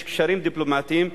יש קשרים דיפלומטיים,